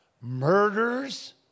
murders